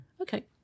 Okay